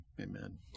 Amen